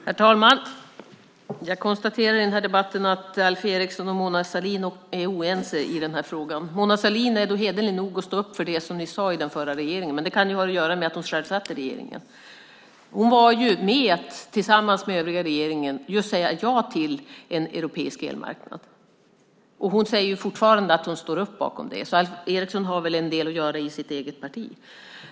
Herr talman! Jag konstaterar att Alf Eriksson och Mona Sahlin är oense i denna fråga. Mona Sahlin är hederlig nog att stå upp för det den förra regeringen sade, men det kan ha att göra med att hon själv satt i regeringen. Hon var tillsammans med den övriga regeringen med om att säga ja till en europeisk elmarknad. Hon säger fortfarande att hon står bakom det, så Alf Eriksson har väl en del att göra i sitt eget parti.